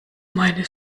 meine